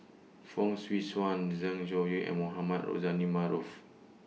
Fong Swee Suan Zeng Shouyin and Mohamed Rozani Maarof